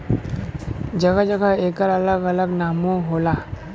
जगह जगह एकर अलग अलग नामो होला